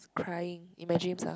crying in my dreams ah